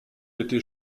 été